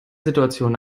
situation